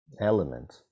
element